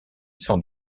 sont